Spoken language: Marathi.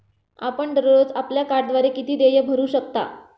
आपण दररोज आपल्या कार्डद्वारे किती देय भरू शकता?